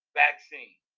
vaccine